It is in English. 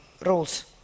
rules